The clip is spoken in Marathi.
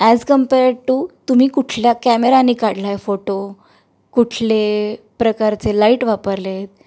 ॲज कंपेअर टू तुम्ही कुठल्या कॅमेरानी काढलाय फोटो कुठले प्रकारचे लाईट वापरले आहेत